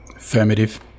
Affirmative